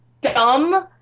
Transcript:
dumb